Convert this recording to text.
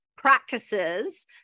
practices